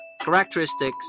characteristics